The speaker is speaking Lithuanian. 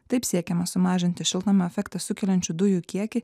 taip siekiama sumažinti šiltnamio efektą sukeliančių dujų kiekį